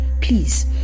please